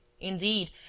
Indeed